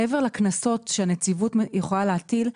מעבר לקנסות שהנציבות יכולה להטיל,